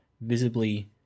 visibly